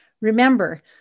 Remember